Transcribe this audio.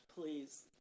please